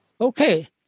Okay